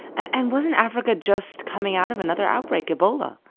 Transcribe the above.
and wasn't africa just coming out of another outbreak, ebola?